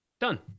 Done